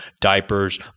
diapers